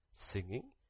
singing